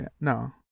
No